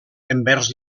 envers